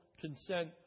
consent